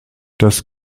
das